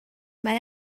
mae